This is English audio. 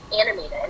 animated